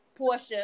Portia